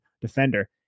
defender